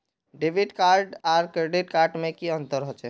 Debit card आर credit card में की अंतर होचे?